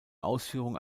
ausführung